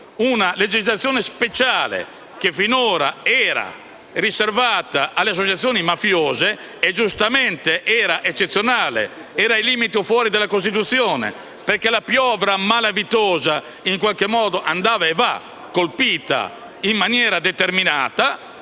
una legislazione speciale, che finora era riservata alle associazioni mafiose (e giustamente era eccezionale, era ai limiti o fuori della Costituzione, perché la piovra malavitosa in qualche modo andava, e va, colpita in maniera determinata),